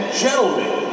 gentlemen